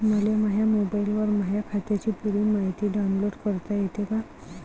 मले माह्या मोबाईलवर माह्या खात्याची पुरी मायती डाऊनलोड करता येते का?